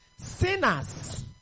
Sinners